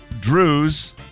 Drew's